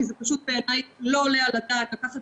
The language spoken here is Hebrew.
כי זה פשוט בעיני לא עולה על הדעת לקחת